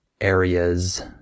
areas